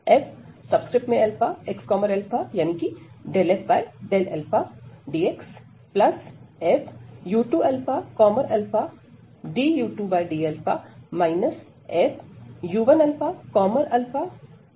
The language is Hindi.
ddu1u2fxαdxfu2ααdu2dα fu1ααdu1dα यह लेबनीज़ रूल है